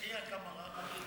אחיה קמארה.